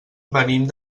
venim